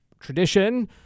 tradition